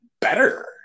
better